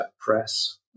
press